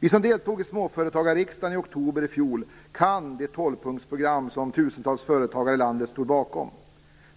Vi som deltog i småföretagarriksdagen i oktober i fjol kan det tolvpunktsprogram som tusentals företagare i landet stod bakom.